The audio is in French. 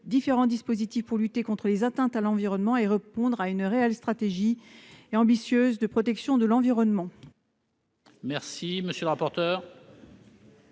différents dispositifs, pour lutter contre les atteintes à l'environnement et répondre à une réelle stratégie ambitieuse de protection de l'environnement.